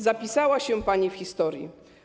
Zapisała się pani w historii.